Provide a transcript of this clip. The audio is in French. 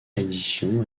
édition